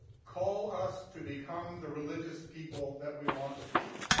call us to become the religious people that we want to be.